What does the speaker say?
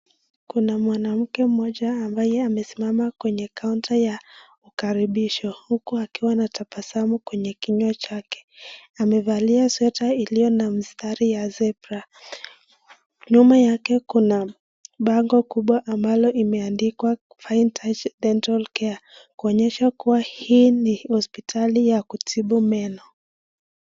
Kuna mwanamke mmoja ambaye amesiamama kwenye counter ya ukaribisho, huku akiwa anatabasamu kwenye kinywa chake. Amevalia sweater ilio na mstari ya zebra . Nyuma yake kuna bango kumbwa ambalo imeandikwa fine touch dental care kuonyesha kuwa hii ni hospitali ya kutibu meno.